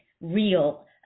real